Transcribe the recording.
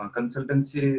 Consultancy